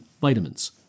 vitamins